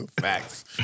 Facts